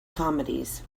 comedies